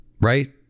right